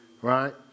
right